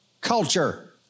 culture